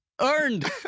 earned